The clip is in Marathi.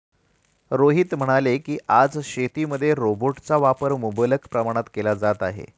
रोहित म्हणाले की, आज शेतीमध्ये रोबोटचा वापर मुबलक प्रमाणात केला जात आहे